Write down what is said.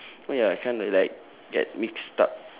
oh ya I kind of like get mixed up